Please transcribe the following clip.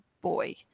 boy